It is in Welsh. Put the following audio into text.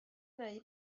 neu